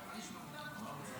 מוותרת.